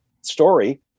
story